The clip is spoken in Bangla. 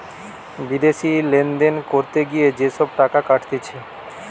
বিদেশি লেনদেন করতে গিয়ে যে সব টাকা কাটতিছে